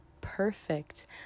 perfect